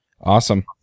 awesome